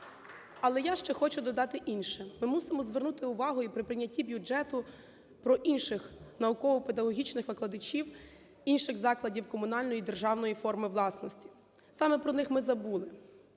Але я ще хочу додати інше. Ми мусимо звернути увагу і при прийнятті бюджету про інших науково-педагогічних викладачів інших закладів комунальної і державної форми власності. Саме про них ми забули.